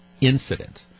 incident